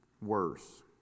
worse